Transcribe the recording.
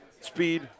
Speed